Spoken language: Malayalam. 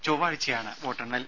ചൊവ്വാഴ്ചയാണ് വോട്ടെണ്ണൽ